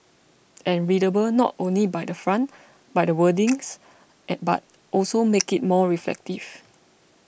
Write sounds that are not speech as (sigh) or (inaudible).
and readable not only by the font by the wordings (noise) but also make it more reflective